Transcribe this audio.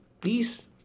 please